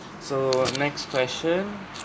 so next question